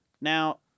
Now